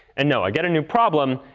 and no, i get a new problem.